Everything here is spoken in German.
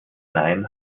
nein